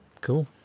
Cool